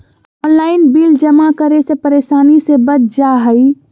Online bill जमा करे से परेशानी से बच जाहई?